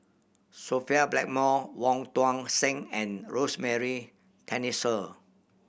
Sophia Blackmore Wong Tuang Seng and Rosemary Tessensohn